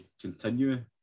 continue